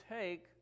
take